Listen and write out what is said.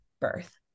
birth